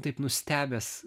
taip nustebęs